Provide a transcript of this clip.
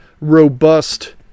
robust